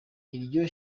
iryo